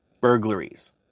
burglaries